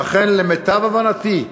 ואכן, למיטב הבנתי,